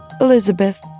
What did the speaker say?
Elizabeth